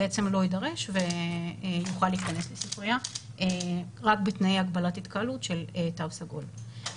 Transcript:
בעצם לא יידרש ויוכל להיכנס לספריה רק בתנאי הגבלת התקהלות של תו סגול.